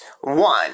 one